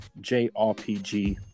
JRPG